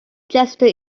gesture